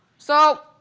so,